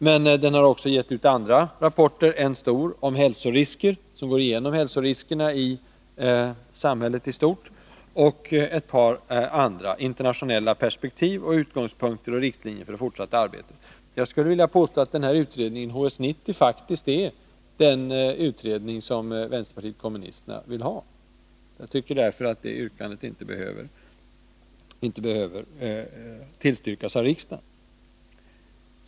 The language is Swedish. Men utredningen har också gett ut andra rapporter: en stor rapport om hälsorisker, som går igenom hälsoriskerna i samhället i stort, och ett par andra, om internationella perspektiv och utgångspunkter och riktlinjer för det fortsatta arbetet. Jag skulle vilja påstå att utredningen HS 90 faktiskt är den utredning som vänsterpartiet kommunisterna vill ha. Därför tycker jag att vpk-yrkandet inte behöver tillstyrkas av riksdagen.